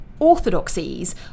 orthodoxies